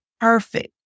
perfect